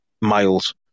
miles